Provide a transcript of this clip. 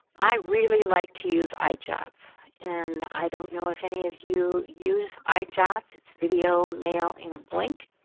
i really like to use eyejot and i don't know if any of you use eyejot. it's video mail in a blink.